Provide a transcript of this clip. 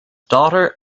daughter